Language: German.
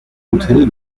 hotel